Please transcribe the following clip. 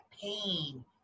pain